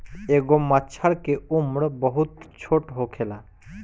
एगो मछर के उम्र बहुत छोट होखेला